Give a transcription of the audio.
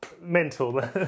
Mental